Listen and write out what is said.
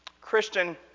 Christian